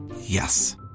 Yes